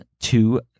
two